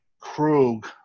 Krug